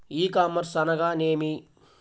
ఈ కామర్స్ అనగా నేమి?